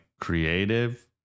creative